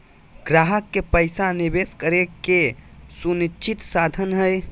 ग्राहक के पैसा निवेश करे के सुनिश्चित साधन हइ